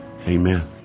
amen